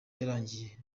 yarangiye